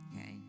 okay